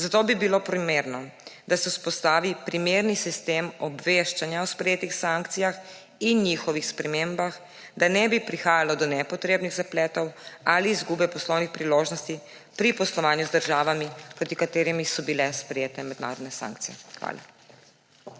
Zato bi bilo primerno, da se vzpostavi primeren sistem obveščanja o sprejetih sankcijah in njihovih spremembah, da ne bi prihajalo do nepotrebnih zapletov ali izgube poslovnih priložnosti pri poslovanju z državami, proti katerimi so bile sprejete mednarodne sankcije. Hvala.